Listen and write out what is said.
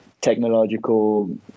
technological